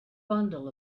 bundle